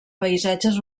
paisatges